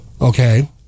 Okay